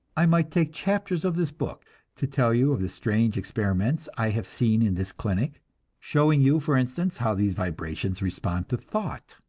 i might take chapters of this book to tell you of the strange experiments i have seen in this clinic showing you, for instance, how these vibrations respond to thought,